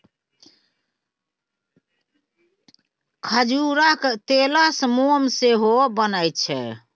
खजूरक तेलसँ मोम सेहो बनैत छै